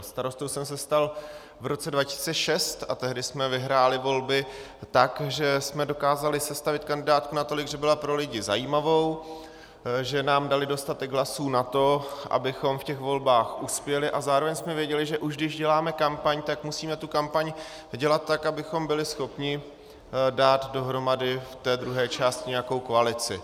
Starostou jsem se stal v roce 2006 a tehdy jsme vyhráli volby tak, že jsme dokázali sestavit kandidátku natolik, že byla pro lidi zajímavou, že nám dali dostatek hlasů na to, abychom ve volbách uspěli, a zároveň jsme věděli, že už když děláme kampaň, musíme tu kampaň dělat tak, abychom byli schopni dát dohromady v druhé části nějakou koalici.